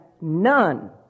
none